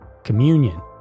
Communion